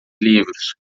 livros